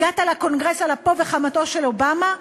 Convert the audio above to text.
הגעת לקונגרס על אפו וחמתו של אובמה,